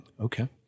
Okay